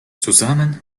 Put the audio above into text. zusammen